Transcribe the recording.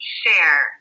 share